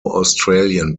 australian